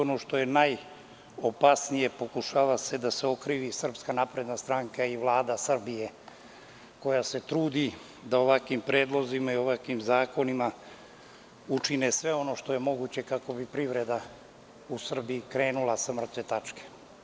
Ono što je najopasnije, pokušava se da se okrivi SNS i Vlada Srbije koji se trude da ovakvim predlozima i ovakvim zakonima učine sve ono što je moguće kako bi privreda u Srbiji krenula sa mrtve tačke.